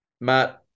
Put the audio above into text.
Matt